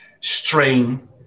strain